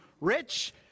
rich